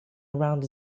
around